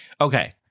Okay